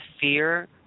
fear